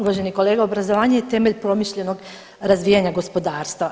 Uvaženi kolega obrazovanje je temelj promišljenog razvijanja gospodarstva.